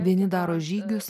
vieni daro žygius